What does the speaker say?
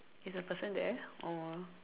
is the person there or